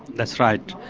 that's right.